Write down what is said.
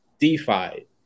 DeFi